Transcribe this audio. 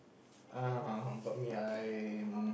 uh about me I'm